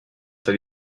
that